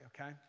okay